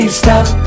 stop